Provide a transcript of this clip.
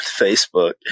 facebook